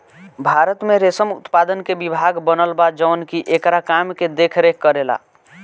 भारत में रेशम उत्पादन के विभाग बनल बा जवन की एकरा काम के देख रेख करेला